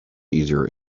easier